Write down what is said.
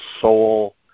soul